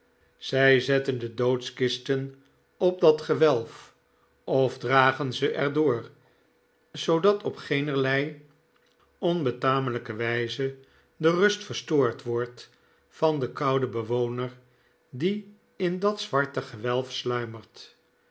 zij zetten de doodkisten op dat gewelf of dragen ze er door zoodat op geenerlei onbetamelijke wijze de rust verstoord wordt van den kouden bewoner die in dat zwarte gewelf sluimert